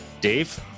Dave